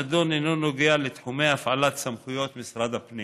העניין הנדון אינו נוגע לתחומי הפעלת הסמכויות של משרד הפנים.